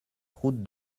route